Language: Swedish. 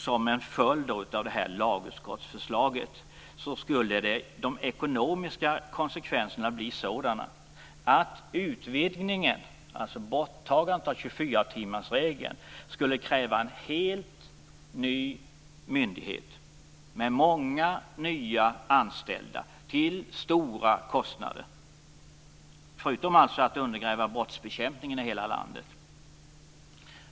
Som en följd av lagutskottsförslaget skulle de ekonomiska konsekvenserna bli sådana, att utvidgningen - dvs. borttagandet av 24-timmarsregeln - skulle kräva en helt ny myndighet med många nya anställda till stora kostnader. Den skulle också undergräva brottsbekämpningen i hela landet.